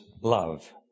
love